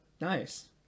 Nice